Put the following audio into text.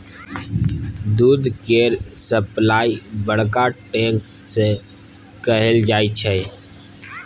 दूध केर सप्लाई बड़का टैंक सँ कएल जाई छै